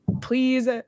Please